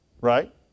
Right